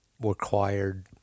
required